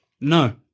No